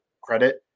credit